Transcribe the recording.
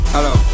Hello